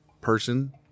person